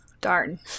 darn